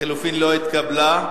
ההסתייגות לא נתקבלה.